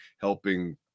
helping